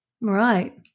Right